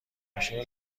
ماشین